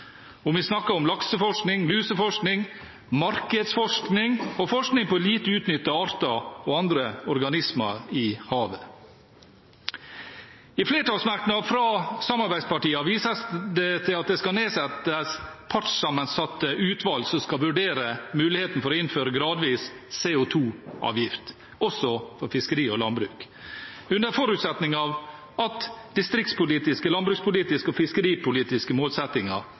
om vi snakker om lakseforskning, luseforskning, markedsforskning og forskning på lite utnyttede arter og andre organismer i havet. I en flertallsmerknad fra samarbeidspartiene vises det til at det skal nedsettes partssammensatte utvalg som skal vurdere muligheten for å innføre gradvis CO 2 -avgift også for fiskeri og landbruk, under forutsetning av at distriktspolitiske, landbrukspolitiske og fiskeripolitiske målsettinger